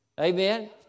amen